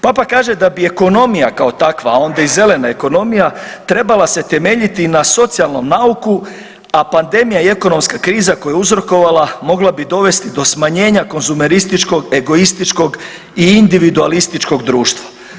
Papa kaže da bi ekonomija kao takva, a onda i zelena ekonomija trebala se temeljiti na socijalnom nauku, a pandemija i ekonomska kriza koju bi uzrokovala mogla bi dovesti do smanjenja konzumerističkog, egoističkog i individualističkog društva.